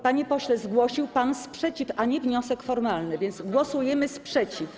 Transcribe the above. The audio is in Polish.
Panie pośle, zgłosił pan sprzeciw, a nie wniosek formalny, więc głosujemy nad sprzeciwem.